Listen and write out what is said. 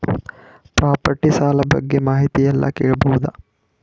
Property ಸಾಲ ಬಗ್ಗೆ ಮಾಹಿತಿ ಎಲ್ಲ ಕೇಳಬಹುದು?